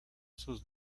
sus